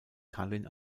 tallinn